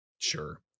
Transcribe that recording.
sure